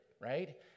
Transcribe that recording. right